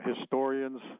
historians